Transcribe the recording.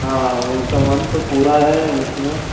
हाँ वह सामान तो पूरा है उसमें